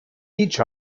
each